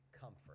comfort